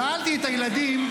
שאלתי את הילדים: